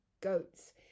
goats